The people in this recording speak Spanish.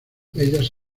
ellas